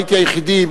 הייתי היחידי,